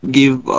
give